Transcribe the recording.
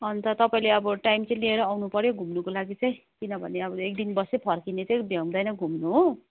अन्त तपाईँले अब टाइम चाहिँ लिएर आउनुपऱ्यो घुम्नुको लागि चाहिँ किनभने अब एक दिन बस्यो फर्किने चाहिँ भ्याउँदैन घुम्नु हो